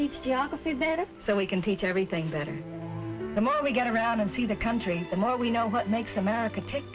teach geography better so we can teach everything better the more we get around and see the country the more we know what makes america tick